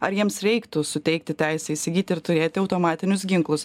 ar jiems reiktų suteikti teisę įsigyti ir turėti automatinius ginklus